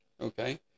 okay